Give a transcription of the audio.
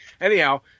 Anyhow